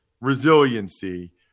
resiliency